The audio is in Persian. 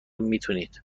میتونید